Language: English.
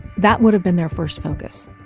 that would have been their first focus